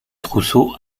trousseau